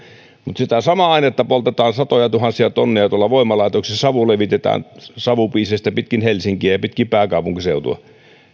mutta sitä samaa ainetta poltetaan satojatuhansia tonneja tuolla voimalaitoksissa savu levitetään savupiiseistä pitkin helsinkiä ja pitkin pääkaupunkiseutua ja